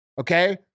okay